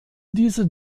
diese